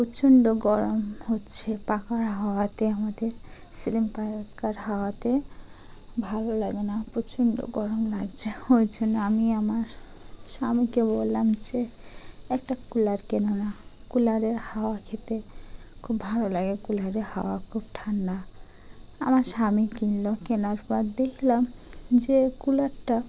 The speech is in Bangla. প্রচণ্ড গরম হচ্ছে পাখার হাওয়াতে আমাদের শিলিং পাখার হাওয়াতে ভালো লাগে না প্রচণ্ড গরম লাগছে ওই জন্য আমি আমার স্বামীকে বললাম যে একটা কুলার কেনো না কুলারের হাওয়া খেতে খুব ভালো লাগে কুলারের হাওয়া খুব ঠান্ডা আমার স্বামী কিনল কেনার পর দেখলাম যে কুলারটা